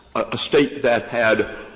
a state that had